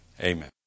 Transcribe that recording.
Amen